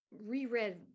reread